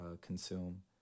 consume